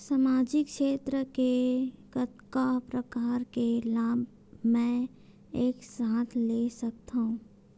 सामाजिक क्षेत्र के कतका प्रकार के लाभ मै एक साथ ले सकथव?